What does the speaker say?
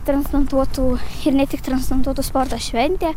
transplantuotų ir ne tik transplantuotų sporto šventė